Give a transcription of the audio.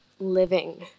living